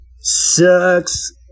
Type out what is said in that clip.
Sucks